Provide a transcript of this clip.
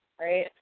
right